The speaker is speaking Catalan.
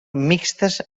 mixtes